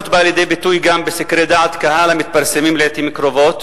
באה לידי ביטוי גם בסקרי דעת קהל המתפרסמים לעתים קרובות,